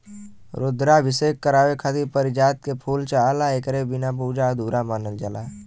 रुद्राभिषेक करावे खातिर पारिजात के फूल चाहला एकरे बिना पूजा अधूरा मानल जाला